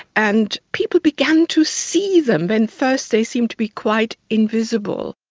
and people began to see them, when first they seemed to be quite invisible.